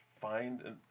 find